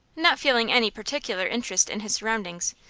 not feeling any particular interest in his surroundings,